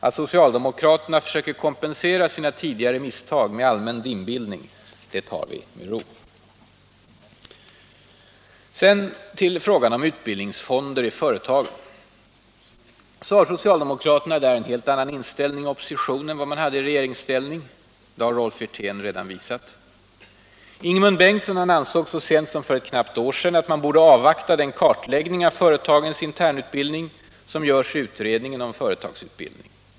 Att socialdemokraterna nu försöker kompensera sina tidigare misstag med allmän dimbildning tar vi med ro. I fråga om utbildningsfonder i företagen har socialdemokraterna en annan inställning i opposition än vad de hade i regeringsställning. Rolf Wirtén har redan visat på detta. Ingemund Bengtsson ansåg så sent som för knappt ett år sedan att man borde avvakta den kartläggning av företagens internutbildning som görs i utredningen om företagsutbildning.